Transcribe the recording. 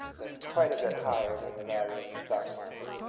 that's quite a bit higher than the value of the stock market.